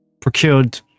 procured